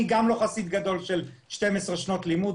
גם אני לא חסיד גדול של 12 שנות לימוד.